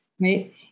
Right